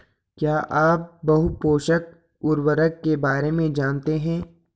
क्या आप बहुपोषक उर्वरक के बारे में जानते हैं?